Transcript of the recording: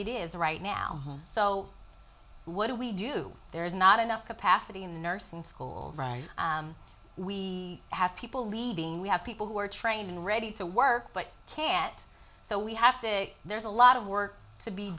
it is right now so what do we do there is not enough capacity in nursing schools right we have people leaving we have people who are trained and ready to work but can't so we have to there's a lot of work to be